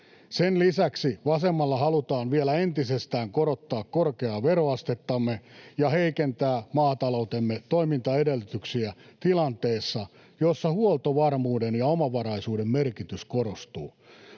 Sen lisäksi vasemmalla halutaan vielä entisestään korottaa korkeaa veroastettamme ja heikentää maataloutemme toimintaedellytyksiä tilanteessa, jossa huoltovarmuuden ja omavaraisuuden merkitys korostuu.